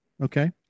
Okay